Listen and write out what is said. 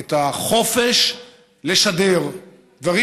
את החופש לשדר, דברים